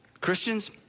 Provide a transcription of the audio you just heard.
Christians